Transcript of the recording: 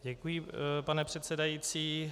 Děkuji, pane předsedající.